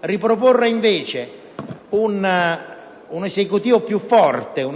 Riproporre, invece, un Esecutivo più forte,